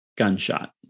gunshot